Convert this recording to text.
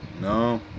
no